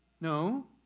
No